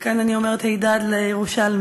וכאן אני אומרת הידד לירושלמים.